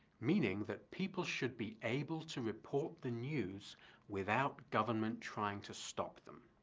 meaning that people should be able to report the news without government trying to stop them.